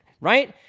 right